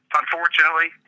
unfortunately